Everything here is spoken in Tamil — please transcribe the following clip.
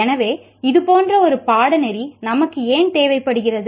எனவே இது போன்ற ஒரு பாடநெறி நமக்கு ஏன் தேவைப்படுகிறது